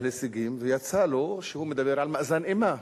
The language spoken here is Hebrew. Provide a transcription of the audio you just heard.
הישגים ויצא לו שהוא מדבר על מאזן אימה.